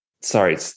Sorry